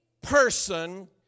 person